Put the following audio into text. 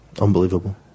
Unbelievable